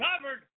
covered